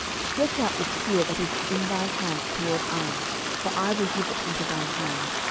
stretch out the spear that is in thy hand toward ai for i will give it into thine hand.